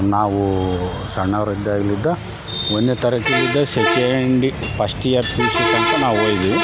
ನಾವು ಸಣ್ಣವರು ಇದ್ದಾಗ್ಲಿಂದ ಒಂದನೇ ತರಗತಿಲಿಂದ ಸೆಕೆಂಡಿಗೆ first year P U C ತನಕ ನಾವು ಓದಿದ್ದೀವಿ